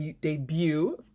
debut